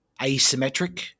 asymmetric